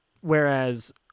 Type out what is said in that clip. Whereas